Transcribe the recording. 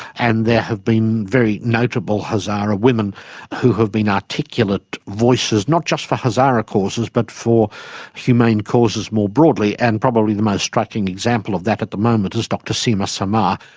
and there have been very notable hazara women who have been articulate voices not just for hazara causes but for humane causes more broadly. and probably the most striking example of that at the moment is dr sima samar,